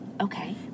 Okay